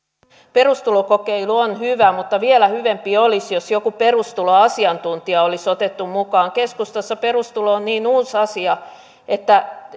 perustulokokeilu on hyvä mutta vielä parempi olisi jos joku perustuloasiantuntija olisi otettu mukaan keskustassa perustulo on niin uusi asia että